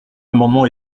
amendement